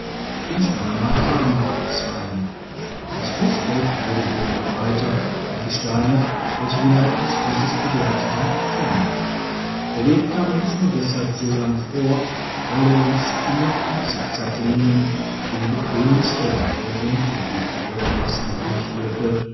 und namakama abzweigen das flussbett wurde hier immer breiter und die steine welche den lauf des flusses begleiteten kleiner der weg kam uns nur deshalb so lang vor weil er uns immer in zickzacklinien den bequemen stellen folgend durch die geröllmassen